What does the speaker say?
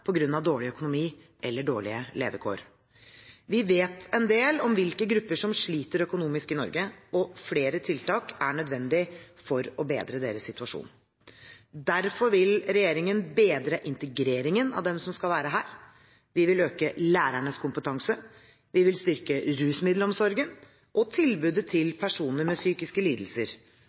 dårlig økonomi eller dårlige levekår. Vi vet en del om hvilke grupper som sliter økonomisk i Norge, og flere tiltak er nødvendig for å bedre deres situasjon. Derfor vil regjeringen bedre integreringen av dem som skal være her, vi vil øke lærernes kompetanse, vi vil styrke rusmiddelomsorgen og tilbudet til personer med psykiske lidelser,